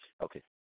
Okay